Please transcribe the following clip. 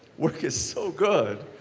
work is so good.